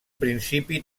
principi